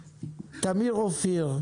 עו"ד תמיר אפורי,